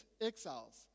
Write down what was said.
exiles